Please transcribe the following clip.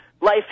life